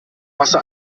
masse